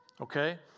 Okay